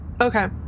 Okay